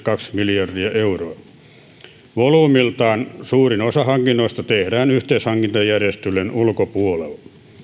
kaksi miljardia euroa volyymiltään suurin osa hankinnoista tehdään yhteishankintajärjestelyjen ulkopuolella